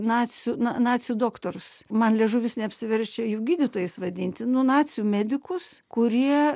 nacių na nacių doktorus man liežuvis neapsiverčia jų gydytojais vadinti nu nacių medikus kurie